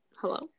hello